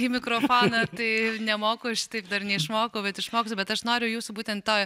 į mikrofoną tai nemoku šitaip dar neišmokau bet išmoksiu bet aš noriu jūsų būtent to